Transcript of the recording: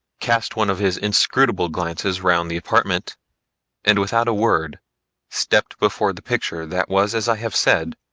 cast one of his inscrutable glances round the apartment and without a word stepped before the picture that was as i have said,